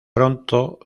pronto